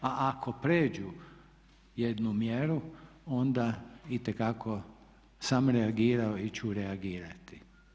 A ako prijeđu jednu mjeru onda itekako sam reagirao ili ću reagirati.